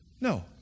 No